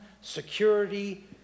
security